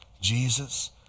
Jesus